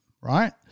right